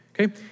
Okay